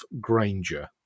Granger